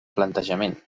plantejament